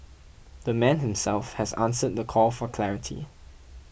the man himself has answered the call for clarity